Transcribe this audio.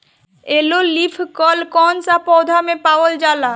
Yellow leaf कल कौन सा पौधा में पावल जाला?